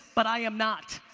but i am not.